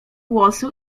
głosu